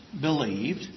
believed